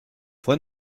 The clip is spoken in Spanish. fue